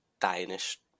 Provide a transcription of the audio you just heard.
Danish